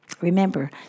Remember